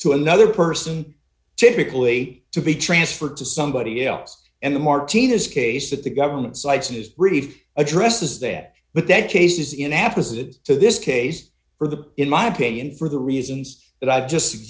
to another person typically to be transferred to somebody else and the martinez case that the government sites in his brief addresses that but that cases in apas it to this case or the in my opinion for the reasons that i've just s